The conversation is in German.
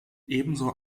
ebenso